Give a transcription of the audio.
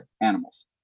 animals